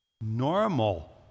Normal